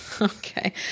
Okay